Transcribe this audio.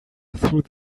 through